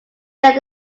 led